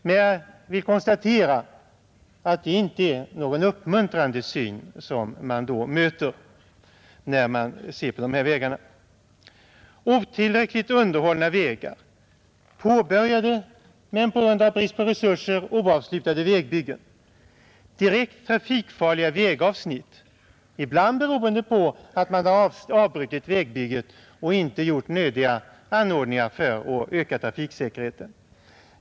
Jag vill emellertid konstatera att det inte är någon uppmuntrande syn som man möter: otillräckligt underhållna vägar, påbörjade men på grund av brist på resurser oavslutade vägbyggen, direkt trafikfarliga vägavsnitt — ibland beroende på att man avbrutit vägbygget och inte gjort nödiga anordningar för att tillgodose trafiksäkerheten.